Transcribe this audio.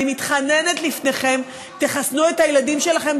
אני מתחננת לפניכם, תחסנו את הילדים שלכם.